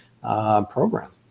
Program